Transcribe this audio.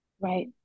Right